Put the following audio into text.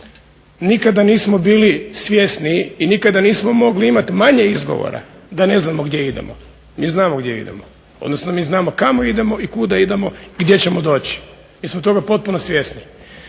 Nikada nismo bili svjesniji i nikada nismo mogli imati manje izgovora da ne znamo gdje idemo. Mi znamo gdje idemo, odnosno mi znamo kamo idemo i kuda idemo i gdje ćemo doći. Mi smo toga potpuno svjesni.